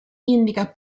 indica